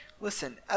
Listen